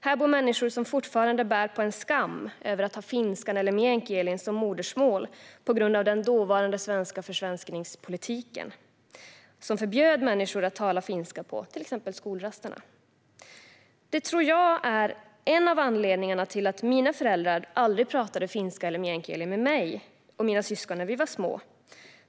Här bor människor som fortfarande bär på en skam över att ha finska eller meänkieli som modersmål på grund av den dåvarande försvenskningspolitiken, som förbjöd människor att tala finska på exempelvis skolrasterna. Detta tror jag är en anledning till att mina föräldrar aldrig pratade finska eller meänkieli med mig och mina syskon när vi var små.